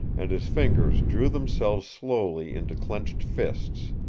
and his fingers drew themselves slowly into clenched fists,